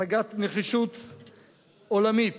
הצגת נחישות עולמית,